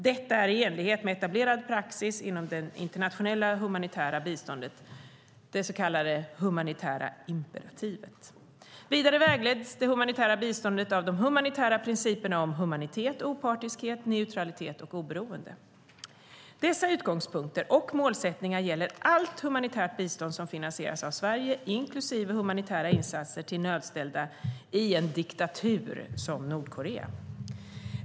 Detta är i enlighet med etablerad praxis inom det internationella humanitära biståndet, det så kallade humanitära imperativet. Vidare vägleds det humanitära biståndet av de humanitära principerna om humanitet, opartiskhet, neutralitet och oberoende. Dessa utgångspunkter och målsättningar gäller allt humanitärt bistånd som finansieras av Sverige, inklusive humanitära insatser till nödställda i en diktatur som Nordkorea.